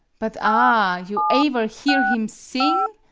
but ah! you aever hear him sing?